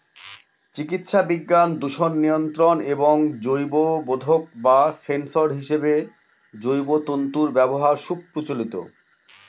চিকিৎসাবিজ্ঞান, দূষণ নিয়ন্ত্রণ এবং জৈববোধক বা সেন্সর হিসেবে জৈব তন্তুর ব্যবহার সুপ্রচলিত